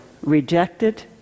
rejected